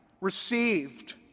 received